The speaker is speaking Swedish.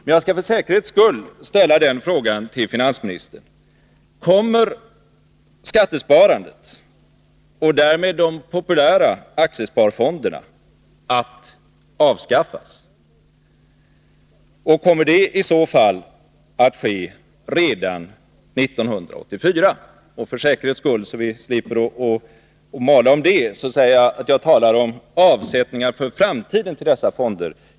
Men jag skall för säkerhets skull ställa frågan till finansministern: Kommer skattesparandet, och därmed de populära aktiesparfonderna, att avskaffas, och kommer det i så fall att ske redan 1984? För säkerhets skull, så vi slipper att mala om det, säger jag att jag talar om avsättningar för framtiden till dessa fonder.